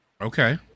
Okay